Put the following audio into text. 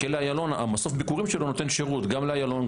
מסוף ביקורים בכלא איילון נותן שירות גם לאיילון,